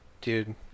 Dude